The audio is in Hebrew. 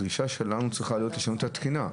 הדרישה שלנו צריכה להיות לשנות את התקינה.